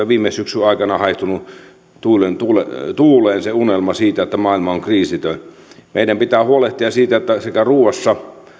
viime syksyn aikana haihtunut tuuleen tuuleen se unelma siitä että maailma on kriisitön meidän pitää huolehtia siitä että ruuassa